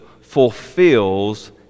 fulfills